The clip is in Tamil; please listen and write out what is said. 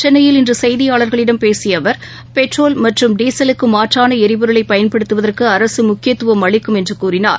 சென்னையில் இன்றுசெய்தியாளர்களிடம் பேசியஅவர் பெட்ரோல் மற்றும் டீசலுக்குமாற்றானஎரிபொருளைபயன்படுத்துவதற்குஅரசுமுக்கியத்துவம் அளிக்கும் என்றுகூறினார்